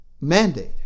mandate